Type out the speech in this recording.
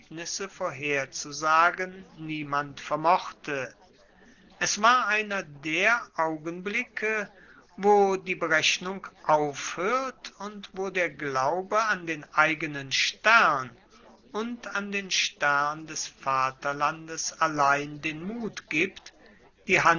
vorherzusagen niemand vermochte es war einer der augenblicke wo die berechnung aufhoert und wo der glaube an den eigenen stern und an den stern des vaterlandes allein den mut gibt